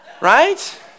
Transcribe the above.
right